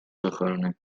بخارونه